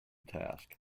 task